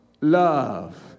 love